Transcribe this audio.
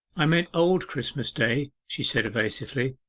i meant old christmas day she said evasively.